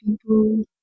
people